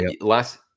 last